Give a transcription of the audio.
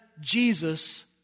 Jesus